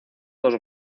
dos